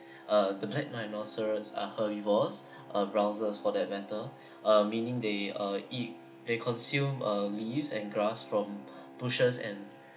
err the black rhinoceros are herbivores uh browsers for that matter uh meaning they uh eat they consume uh leaves and grass from bushes and